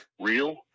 real